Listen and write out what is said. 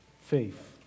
Faith